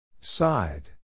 side